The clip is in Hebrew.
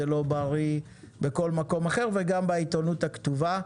זה לא בריא בכל מקום אחר וגם בעיתונות הכתובה.